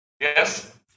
Yes